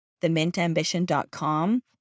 themintambition.com